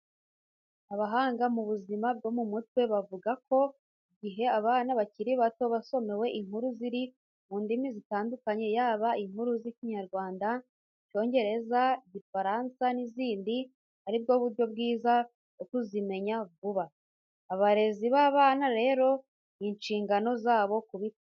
Abahanga mu by'ubuzima bwo mu mutwe, bavuga ko igihe abana bakiri bato basomewe inkuru ziri mu ndimi zitandukanye yaba, inkuru z'Ikinyarwanda, Icyongereza, Igifaransa n'izindi, ari bwo buryo bwiza bwo kuzimenya vuba. Abarezi b'aba bana rero ni inshingano zabo kubikora.